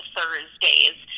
Thursdays